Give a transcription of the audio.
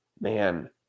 man